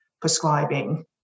prescribing